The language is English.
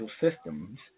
systems